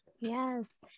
Yes